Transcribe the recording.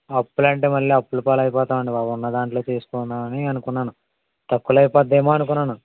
అప్పులు అంటే మళ్ళీ అప్పుల పాలైపోతాం అండి బాబు ఉన్నదాంట్లో చేసుకుందామని అనుకున్నాను తక్కువలో అయిపోతుందేమో అనుకున్నాను